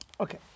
Okay